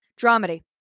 Dramedy